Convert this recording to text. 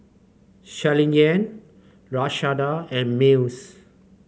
Shirleyann Lashunda and Mills